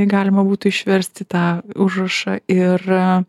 galima būtų išversti tą užrašą ir